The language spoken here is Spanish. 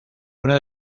una